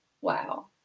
Wow